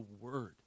word